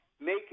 make